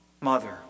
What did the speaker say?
Mother